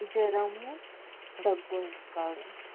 జ్వరము దగ్గు ఉంది బాగా